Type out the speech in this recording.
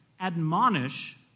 admonish